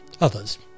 others